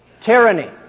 Tyranny